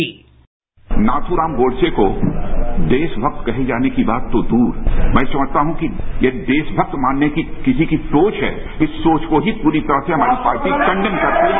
sound bite Nathuram Godse को देशभक्त कहे जाने की बात तो दूर मैं समझता हूं कि यह देशभक्त मानने की किसी की सोच है तो इस सोच को ही पूरी तरह से हमारी पार्टी कंडेम करती है